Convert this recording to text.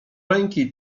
ręki